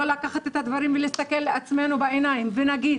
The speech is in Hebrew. לא לקחת את הדברים ולהסתכל לעצמנו בעיניים ולהגיד